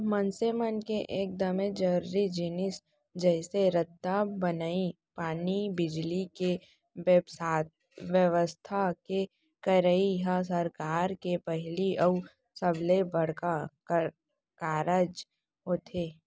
मनसे मन के एकदमे जरूरी जिनिस जइसे रद्दा बनई, पानी, बिजली, के बेवस्था के करई ह सरकार के पहिली अउ सबले बड़का कारज होथे